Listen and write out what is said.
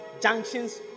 junctions